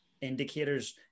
indicators